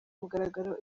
mugaragaro